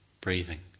breathing